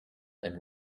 and